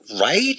Right